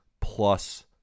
plus